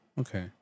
okay